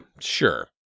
sure